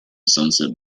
sunset